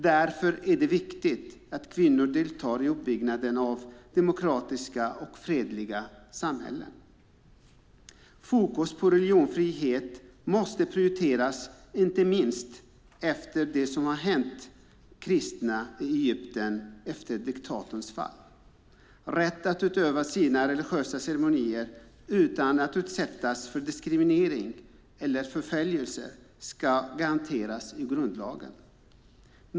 Därför är det viktigt att kvinnor deltar i uppbyggnaden av demokratiska och fredliga samhällen. Fokus på religionsfrihet måste prioriteras, inte minst efter det som hänt kristna i Egypten efter diktatorns fall. Rätt att utöva sina religiösa ceremonier utan att utsättas för diskriminering eller förföljelse ska garanteras i grundlagen.